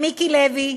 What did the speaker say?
מיקי לוי,